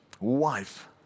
wife